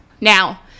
Now